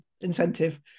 incentive